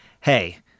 hey –